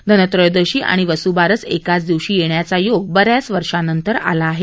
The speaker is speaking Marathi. धनत्रयोदशी आणि वसू बारस एकाच दिवशी येण्याचा योग बऱ्याच वर्षांनंतर आला आहे